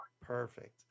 perfect